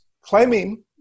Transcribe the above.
claiming